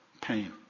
Pain